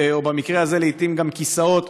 או במקרה הזה לעיתים גם כיסאות,